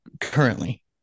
currently